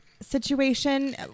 Situation